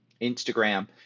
Instagram